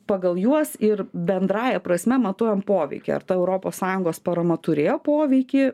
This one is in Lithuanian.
pagal juos ir bendrąja prasme matuojam poveikį ar ta europos sąjungos parama turėjo poveikį